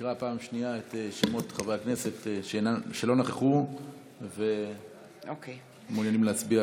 תקרא פעם שנייה את שמות חברי הכנסת שלא נכחו ומעוניינים להצביע,